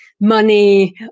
money